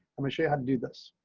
i'm gonna show you how to do this.